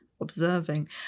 observing